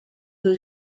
who